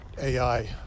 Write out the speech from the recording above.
AI